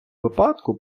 випадку